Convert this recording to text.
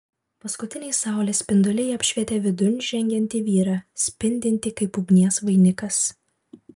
paskutiniai saulės spinduliai apšvietė vidun žengiantį vyrą spindintį kaip ugnies vainikas